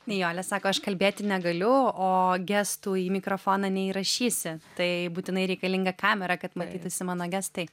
nijolė sako aš kalbėti negaliu o gestų į mikrofoną neįrašysi tai būtinai reikalinga kamera kad matytųsi mano gestai